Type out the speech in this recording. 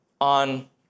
on